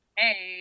hey